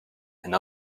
and